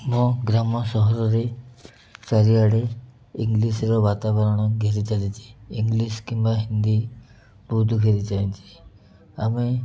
ମୋ ଗ୍ରାମ ସହରରେ ଚାରିଆଡ଼େ ଇଂଗ୍ଲିଶ୍ର ବାତାବରଣ ଘେରି ଚାଲିଛି ଇଂଗ୍ଲିଶ୍ କିମ୍ବା ହିନ୍ଦୀ ବହୁତ ଘେରି ଚାଲିଛି ଆମେ